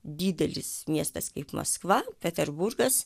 didelis miestas kaip maskva peterburgas